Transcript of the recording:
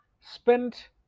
spent